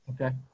Okay